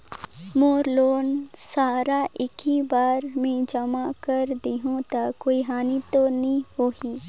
मोर loan सारा एकी बार मे जमा कर देहु तो कोई हानि तो नी होही?